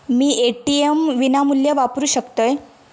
मी ATM विनामूल्य वापरू शकतय?